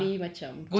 ya